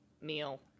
meal